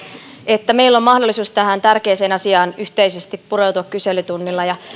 että meillä on mahdollisuus tähän tärkeään asiaan yhteisesti pureutua kyselytunnilla ja